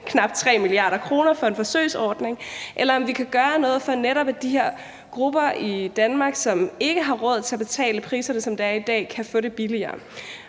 knap 3 mia. kr. for en forsøgsordning, eller om vi kunne gøre noget, for at netop de her grupper i Danmark, som ikke har råd til at betale de priser, der er i dag, kan få det billigere.